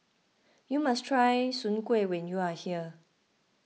you must try Soon Kueh when you are here